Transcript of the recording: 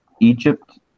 Egypt